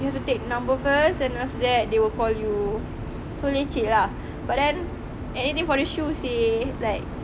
you have to take number first then after that they will call you so leceh lah but then I'm aiming for the shoes seh like